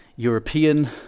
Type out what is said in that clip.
European